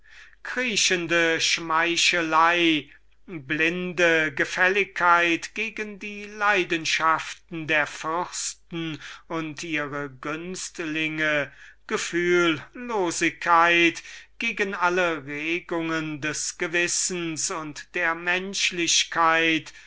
kriechende schmeichelei blinde gefälligkeit gegen die leidenschaften unsrer obern gefühllosigkeit gegen alle regungen des gewissens und der menschlichkeit